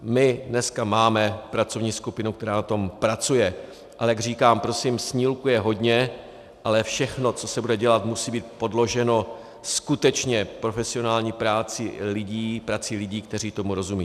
My dneska máme pracovní skupinu, která na tom pracuje, ale jak říkám, prosím, snílků je hodně, ale všechno, co se bude dělat, musí být podloženo skutečně profesionální prací lidí, kteří tomu rozumějí.